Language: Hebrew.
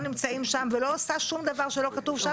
נמצאים שם ולא עושה שום דבר שלא כתוב שם.